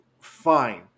fine